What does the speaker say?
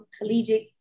collegiate